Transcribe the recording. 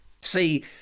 See